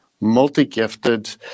multi-gifted